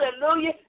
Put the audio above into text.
Hallelujah